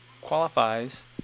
qualifies